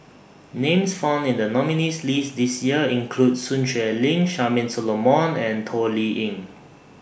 Names found in The nominees' list This Year include Sun Xueling Charmaine Solomon and Toh Liying